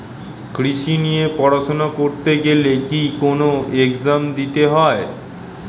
কৃষি নিয়ে পড়াশোনা করতে গেলে কি কোন এগজাম দিতে হয়?